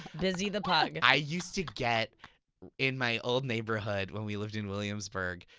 bizzythepug i used to get in my old neighborhood, when we lived in williamsburg,